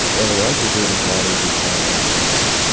early on people were just mining bitcoin on their laptops,